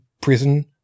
prison